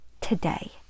today